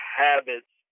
habits